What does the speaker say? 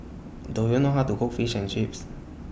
Do YOU know How to Cook Fish and Chips